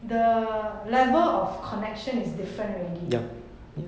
the level of connection is different already